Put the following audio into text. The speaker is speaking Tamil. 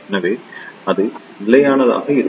எனவே அது நிலையானதாக இருக்கும்